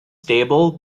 stable